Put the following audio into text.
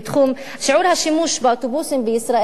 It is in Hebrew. שיעור השימוש באוטובוסים בישראל הוא